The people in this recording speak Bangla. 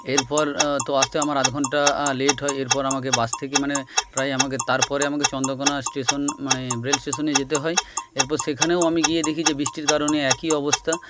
এরপর তো আসতে আমার আধ ঘন্টা লেট হয় এরপর আমাকে বাস থেকে মানে প্রায় আমাকে তারপরে আমাকে চন্দ্রকোণা স্টেশন মানে রেলস্টেশনে যেতে হয় এরপর সেখানেও আমি গিয়ে দেখি যে বৃষ্টির কারণে একই অবস্থা